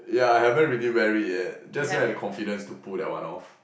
ya I haven't really wear it yet just don't have the confidence to pull that one off